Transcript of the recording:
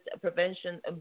prevention